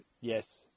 Yes